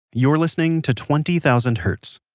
you're listening to twenty thousand hertz,